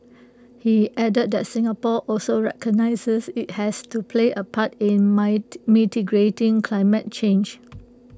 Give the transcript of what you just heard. he added that Singapore also recognises IT has to play A part in mitigating climate change